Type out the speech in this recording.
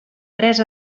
tres